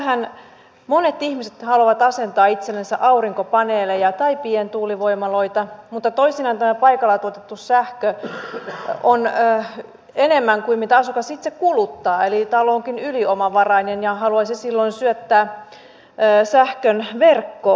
nykyäänhän monet ihmiset haluavat asentaa itsellensä aurinkopaneeleja tai pientuulivoimaloita mutta toisinaan tätä paikalla tuotettua sähköä on enemmän kuin mitä asukas itse kuluttaa eli talo onkin yliomavarainen ja hän haluaisi silloin syöttää sähkön verkkoon